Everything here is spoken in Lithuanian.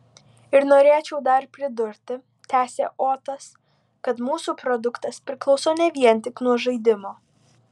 ir norėčiau dar pridurti tęsė otas kad mūsų produktas priklauso ne vien tik nuo žaidimo